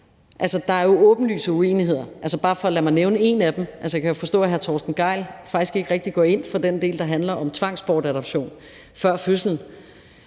Der er jo åbenlyse uenigheder. Lad mig bare nævne en af dem. Jeg kan jo forstå, at hr. Torsten Gejl faktisk ikke rigtig går ind for den del, der handler om tvangsbortadoption før fødslen.